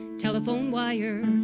telephone wire